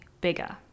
bigger